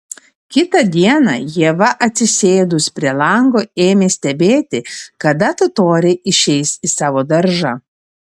kitą dieną ieva atsisėdus prie lango ėmė stebėti kada totoriai išeis į savo daržą